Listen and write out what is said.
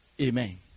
Amen